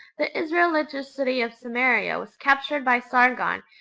the israelitish city of samaria was captured by sargon,